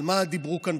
על מה דיברו כאן,